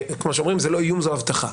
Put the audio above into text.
כמו שאומרים, זה לא איום אלא זאת הבטחה.